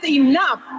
enough